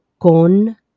Con